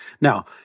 Now